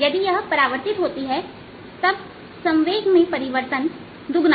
यदि यह परावर्तित होती है तब संवेग में परिवर्तन दुगना होगा